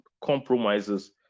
compromises